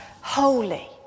holy